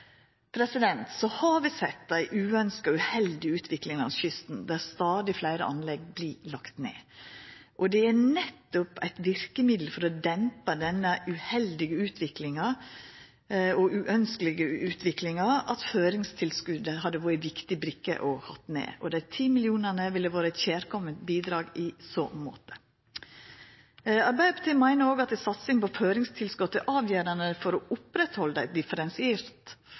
Så har vi sett ei uønskt og uheldig utvikling langs kysten, der stadig fleire anlegg vert lagde ned. Det er nettopp som eit verkemiddel for å dempa denne uheldige og uønskte utviklinga at føringstilskotet hadde vore ei viktig brikke å ha med. Dei 10 mill. kr ville vore eit kjærkomme bidrag i så måte. Arbeidarpartiet meiner òg at ei satsing på føringstilskot er avgjerande for å